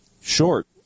short